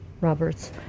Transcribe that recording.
Roberts